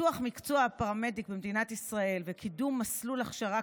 פיתוח מקצוע הפרמדיק במדינת ישראל וקידום מסלול הכשרה